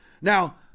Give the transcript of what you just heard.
Now